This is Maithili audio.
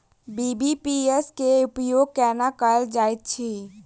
बी.बी.पी.एस केँ उपयोग केना कएल जाइत अछि?